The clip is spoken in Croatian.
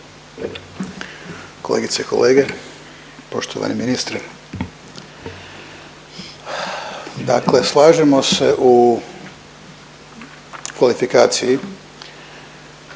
Kolegice i kolege, poštovani ministre dakle slažemo se u kvalifikaciji